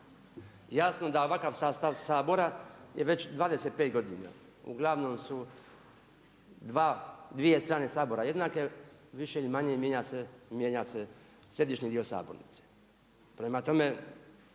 Jasno da ovakav sastav Sabora je već 25 godina, uglavnom su dvije strane Sabora jednake, više ili manje mijenja se središnji dio sabornice. Prema tome,